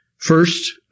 First